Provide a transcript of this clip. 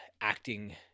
acting